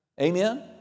Amen